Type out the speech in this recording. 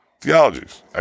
theologies